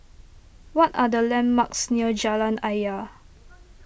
what are the landmarks near Jalan Ayer